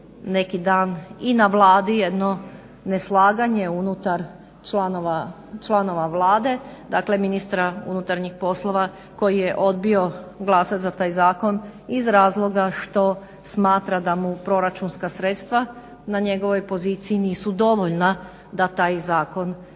neki dan i na Vladi jedno neslaganje unutar članova Vlade, dakle ministra unutarnjih poslova koji je odbio glasati za taj zakon iz razloga što smatra da mu proračunska sredstva na njegovoj poziciji nisu dovoljna da taj zakon